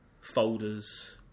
Folders